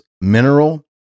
mineral